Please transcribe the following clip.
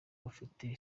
bafite